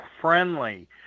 friendly